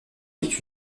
vite